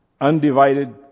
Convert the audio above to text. undivided